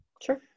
Sure